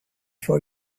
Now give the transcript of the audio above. for